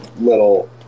little